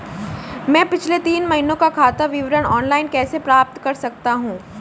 मैं पिछले तीन महीनों का खाता विवरण ऑनलाइन कैसे प्राप्त कर सकता हूं?